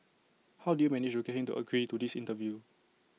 how did you manage to get him to agree to this interview